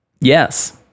Yes